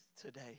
today